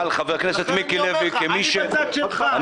אני בצד שלך.